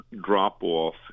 drop-off